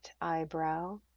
eyebrow